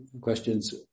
questions